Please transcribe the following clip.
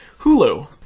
Hulu